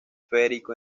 federico